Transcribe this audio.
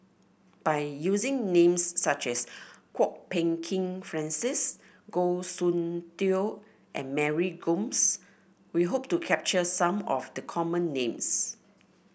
by using names such as Kwok Peng Kin Francis Goh Soon Tioe and Mary Gomes we hope to capture some of the common names